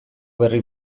berri